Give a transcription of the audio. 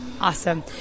awesome